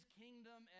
kingdom